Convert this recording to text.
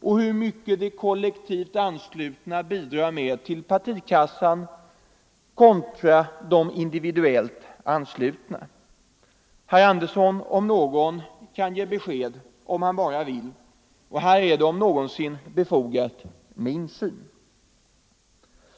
och hur mycket de kollektivt respektive de individuellt anslutna bidrar med till partikassan. Herr Andersson om någon kan ge besked = om han bara vill. Här är det om någonsin befogat med insyn.